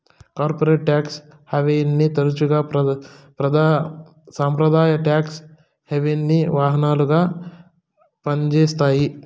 corporate tax హావెన్ని తరచుగా సంప్రదాయ టాక్స్ హావెన్కి వాహనాలుగా పంజేత్తాయి